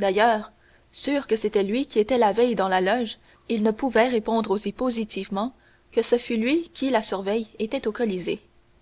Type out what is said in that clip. d'ailleurs sûr que c'était lui qui était la veille dans la loge il ne pouvait répondre aussi positivement que ce fût lui qui la surveille était au colisée